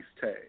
tag